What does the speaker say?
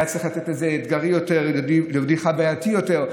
היה צריך לתת יותר אתגרים, שזה יהיה חווייתי יותר.